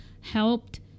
helped